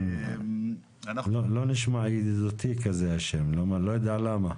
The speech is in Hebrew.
לא נשמע ידידותי השם, אני לא יודע למה.